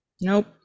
Nope